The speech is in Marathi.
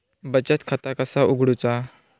बचत खाता कसा उघडूचा?